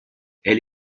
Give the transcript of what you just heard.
elle